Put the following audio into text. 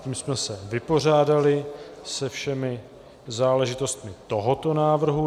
Tím jsme se vypořádali se všemi záležitostmi tohoto návrhu.